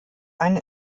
eine